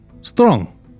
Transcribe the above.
strong